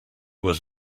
was